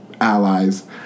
allies